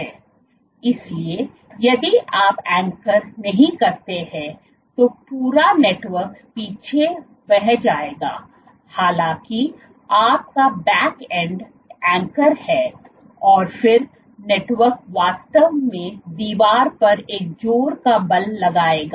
इसलिए यदि आप एंकर नहीं करते हैं तो पूरा नेटवर्क पीछे बह जाएगा हालाँकि आपका बैक एंड एंकर है और फिर नेटवर्क वास्तव में दीवार पर एक जोर का बल लगाएगा